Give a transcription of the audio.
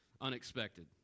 unexpected